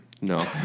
No